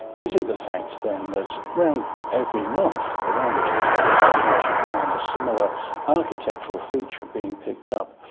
is it the fact then that around every month around the twenty first you would actually find a similar architectural feature being picked up?